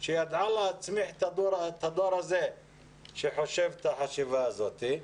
שידעה להצמיח את הדור הזה שחושב את החשיבה הזאת.